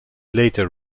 later